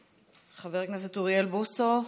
חבר הכנסת אוריאל בוסו,